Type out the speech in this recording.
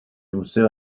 museo